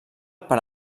per